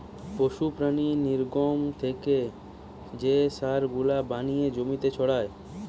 পশু প্রাণীর নির্গমন থেকে যে সার গুলা বানিয়ে জমিতে ছড়ায়